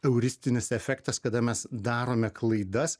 euristinis efektas kada mes darome klaidas